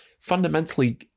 fundamentally